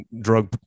drug